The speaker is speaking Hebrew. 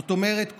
זאת אומרת,